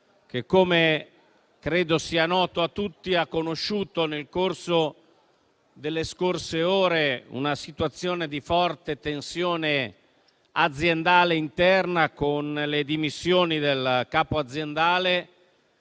che, come credo sia noto a tutti, ha conosciuto, nelle scorse ore, una situazione di forte tensione aziendale interna, con le dimissioni del capo aziendale